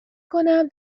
کنم